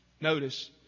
notice